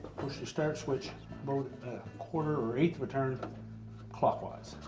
push-to-start switch both a quarter or eight return clockwise.